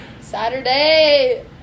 Saturday